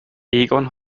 egon